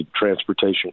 transportation